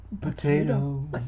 potato